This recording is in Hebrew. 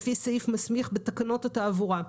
לפי סעיף מסמיך בתקנות התעבורה.